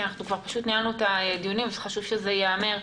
כי פשוט ניהלנו את הדיונים וחשוב שזה ייאמר: